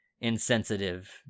insensitive